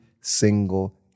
single